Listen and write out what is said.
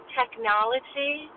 technology